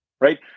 Right